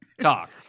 talk